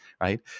right